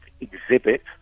exhibit